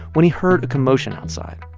when he heard a commotion outside.